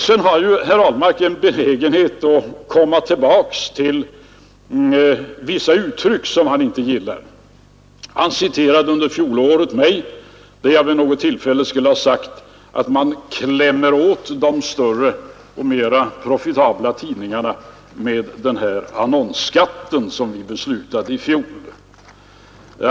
Sedan har herr Ahlmark en benägenhet att komma tillbaka till vissa uttryck som han inte gillar. Han citerade mig under fjolåret. Jag skulle vid något tillfälle ha sagt att man klämmer åt de större och mer profitabla tidningarna med den här annonsskatten som vi fattade beslut om i fjol.